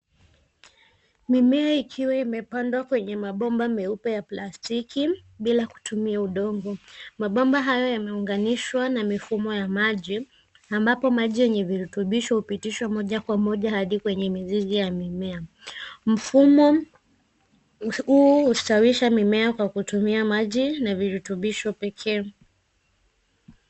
Mimea ikiwa imepandwa kwenye mabomba meupe ya plastiki bila kutumia udongo. Mabomba hayo yameunganishwa na mifumo ya maji ambapo maji yenye virutubisho hupitishwa moja kwa moja hadi kwenye mizizi ya mimea. Mfumo huu hustawisha mimea kwa kutumia maji na virutubisho pekee.